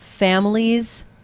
Families